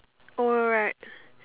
oh right right